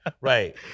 right